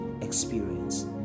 experience